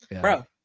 Bro